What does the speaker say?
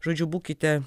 žodžiu būkite